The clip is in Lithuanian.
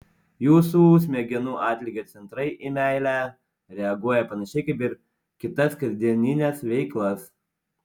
jūsų smegenų atlygio centrai į meilę reaguoja panašiai kaip ir kitas kasdienines veiklas